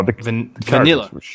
vanilla